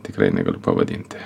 tikrai negaliu pavadinti